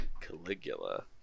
caligula